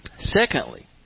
Secondly